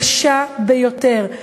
קשה ביותר,